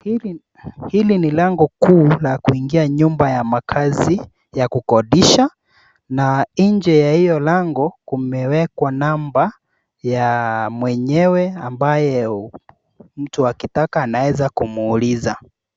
Hili ni lango kuu la kuingia nyumba ya makazi ya kukodesha. Na nje ya hiyo lango kumewekwa namba ya mwenyewe, ambaye mtu akitaka anaweza kumuuliza.